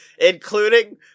Including